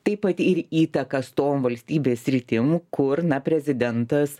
taip pat ir įtaką tom valstybės sritim kur na prezidentas